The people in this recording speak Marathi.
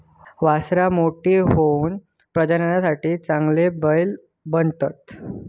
वासरां मोठी होऊन प्रजननासाठी चांगले बैल बनतत